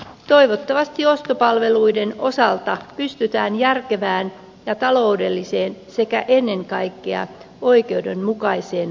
toivottavasti ostopalveluiden osalta pystytään järkevään ja taloudelliseen sekä ennen kaikkea oikeudenmukaiseen palveluun